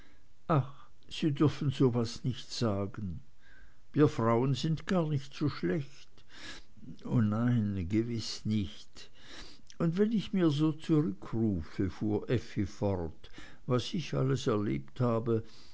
sie dürfen so was nicht sagen wir frauen sind gar nicht so schlecht o nein gewiß nicht und wenn ich mir so zurückrufe fuhr effi fort was ich alles erlebt habe